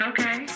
Okay